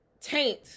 taint